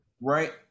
right